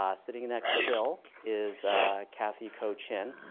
um sitting next to bill is kathy ko chin.